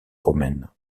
romaine